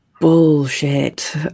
Bullshit